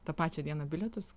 tą pačią dieną bilietus